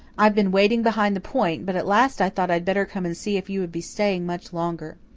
i've been waiting behind the point, but at last i thought i'd better come and see if you would be staying much longer.